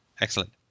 Excellent